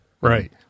Right